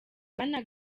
bwana